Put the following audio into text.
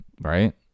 right